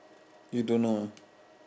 you don't know ah